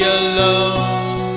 alone